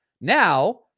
Now